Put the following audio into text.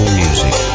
music